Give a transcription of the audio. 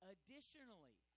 Additionally